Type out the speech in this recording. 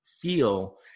feel